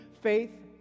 Faith